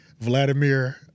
Vladimir